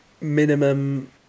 minimum